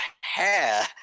hair